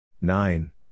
nine